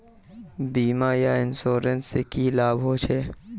बीमा या इंश्योरेंस से की लाभ होचे?